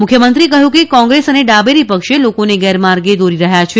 મુખ્યમંત્રીએ કહ્યું કે કોંગ્રેસ અને ડાબેરી પક્ષે લોકોને ગેરમાર્ગે દોરી રહ્યા છે